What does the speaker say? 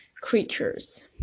creatures